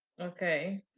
Okay